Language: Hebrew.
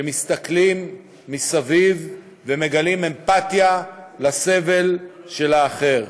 שמסתכלים מסביב ומגלים אמפתיה לסבל של האחר.